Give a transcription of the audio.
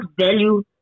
value